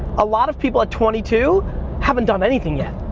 a lot of people at twenty two haven't done anything yet.